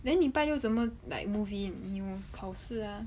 then 你拜六怎么 like move in 你有考试 ah